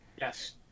yes